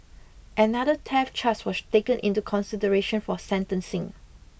another theft charge was taken into consideration for sentencing